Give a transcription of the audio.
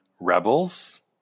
rebels